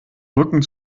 rücken